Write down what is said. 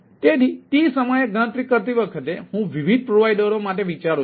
તેથી t સમયે ગણતરી કરતી વખતે હું વિવિધ પ્રોવાઇડરઓ માટે વિચારું છું